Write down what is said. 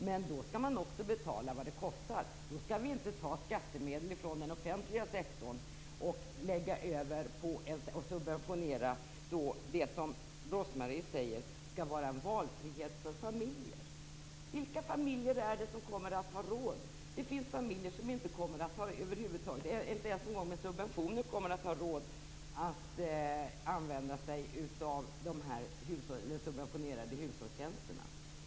Men då skall man också betala vad det kostar. Vi skall inte ta skattemedel från den offentliga sektorn och lägga över till att subventionera det som Rose-Marie Frebran säger skall vara en valfrihet för familjer. Men vilka familjer är det som kommer att ha råd? Det finns familjer som inte ens med subventioner kommer att ha råd att använda sig av de här subventionerade hushållstjänsterna.